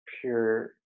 pure